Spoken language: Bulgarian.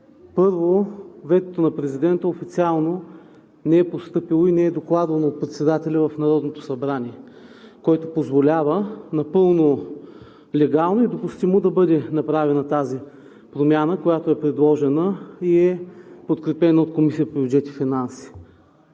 Първо, ветото на президента официално не е постъпило и не е докладвано от председателя в Народното събрание, който позволява напълно легално и допустимо да бъде направена тази промяна, която е предложена и е подкрепена от Комисията по бюджет и финанси.